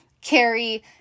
Carrie